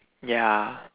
ya